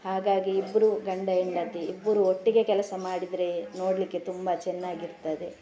ಹಾಗಾಗಿ ಇಬ್ಬರು ಗಂಡ ಹೆಂಡತಿ ಇಬ್ಬರು ಒಟ್ಟಿಗೆ ಕೆಲಸ ಮಾಡಿದರೆ ನೋಡಲಿಕ್ಕೆ ತುಂಬ ಚೆನ್ನಾಗಿರ್ತದೆ